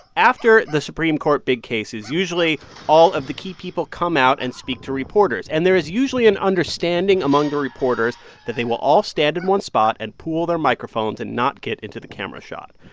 after the supreme court big cases, usually all of the key people come out and speak to reporters. and there is usually an understanding among the reporters that they will all stand in one spot and pool their microphones and not get into the camera shot.